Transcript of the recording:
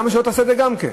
למה לא תעשה את זה גם כן?